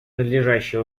надлежащие